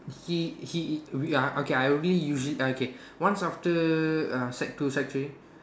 he he we uh okay I only usually uh okay once after uh sec two sec three